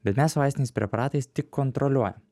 bet mes vaistiniais preparatais tik kontroliuojam